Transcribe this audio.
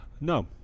no